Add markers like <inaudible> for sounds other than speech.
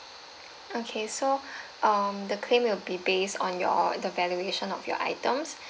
okay so <breath> um the claim will be based on your the valuation of your items